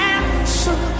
answer